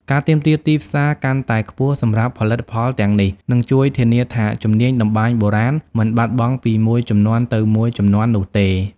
ការទាមទារទីផ្សារកាន់តែខ្ពស់សម្រាប់ផលិតផលទាំងនេះ នឹងជួយធានាថាជំនាញតម្បាញបុរាណមិនបាត់បង់ពីមួយជំនាន់ទៅមួយជំនាន់នោះទេ។